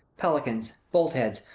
pelicans, bolt-heads,